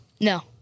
No